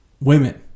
women